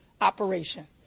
operation